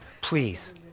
please